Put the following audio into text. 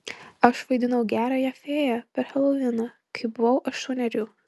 aš vaidinau gerąją fėją per heloviną kai buvau aštuonerių